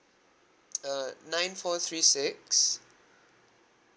uh nine four three six